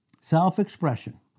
Self-expression